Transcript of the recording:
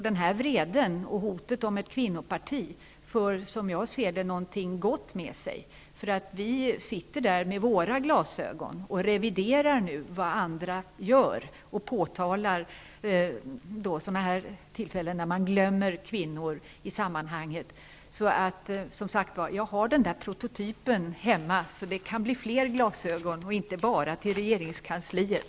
Denna vrede och hotet om ett kvinnoparti för någonting gott med sig, för vi sitter där med våra glasögon och reviderar vad andra gör och påtalar sådana här tillfällen när man glömmer kvinnor. Jag har alltså prototypen hemma, så det kan bli fler glasögon, inte bara till regeringskansliet.